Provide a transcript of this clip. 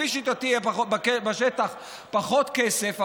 לפי שיטתי יהיה בשטח פחות כסף,